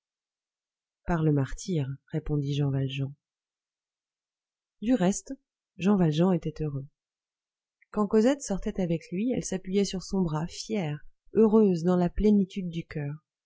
par le martyre répondit jean valjean du reste jean valjean était heureux quand cosette sortait avec lui elle s'appuyait sur son bras fière heureuse dans la plénitude du coeur